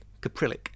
caprylic